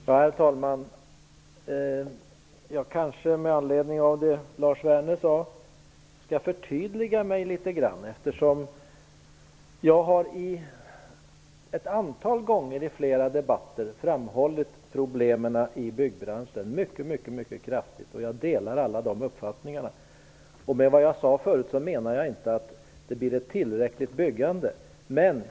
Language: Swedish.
Herr talman! Jag skall med anledning av det Lars Werner sade förtydliga mig litet grand. Jag har ett antal gånger i flera debatter med kraft framhållit problemen i byggbranschen. Jag delar de uppfattningar som har framförts. Jag menade inte tidigare att byggandet blir tillräckligt.